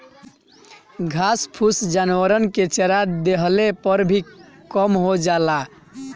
घास फूस जानवरन के चरा देहले पर भी कम हो जाला